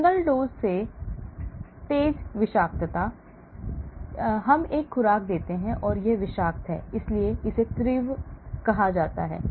मैं एक खुराक देता हूं और यह विषाक्त है इसलिए इसे तीव्र कहा जाता है